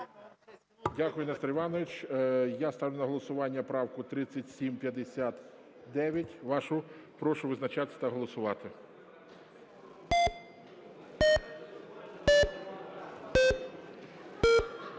Дякую, Нестор Іванович. Я ставлю на голосування правку 3759 вашу. Прошу визначатися та голосувати.